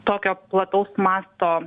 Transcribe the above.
tokio plataus masto